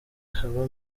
haba